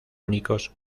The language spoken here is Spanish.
únicos